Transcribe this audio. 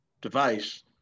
device